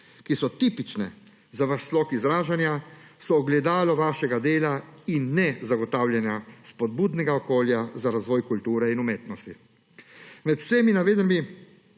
ki so tipične za vaš slog izražanja, so ogledalo vašega dela in ne zagotavljanja spodbudnega okolja za razvoj kulture in umetnosti. Med vsemi navedenimi